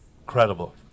incredible